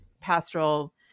pastoral